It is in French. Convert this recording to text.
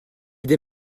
des